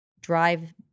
drive